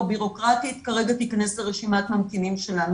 בירוקרטית: כרגע תיכנס לרשימת ממתינים שלנו.